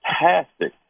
fantastic